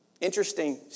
Interesting